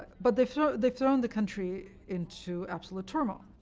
but they've you know they've thrown the country into absolute turmoil.